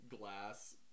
glass